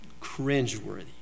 cringeworthy